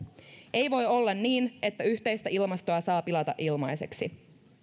ei voi olla niin että yhteistä ilmastoa saa pilata ilmaiseksi